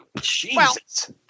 Jesus